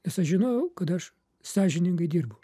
nes aš žinojau kad aš sąžiningai dirbu